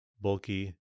bulky